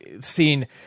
seen